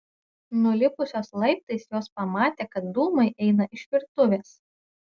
nulipusios laiptais jos pamatė kad dūmai eina iš virtuvės